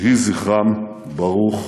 יהי זכרם ברוך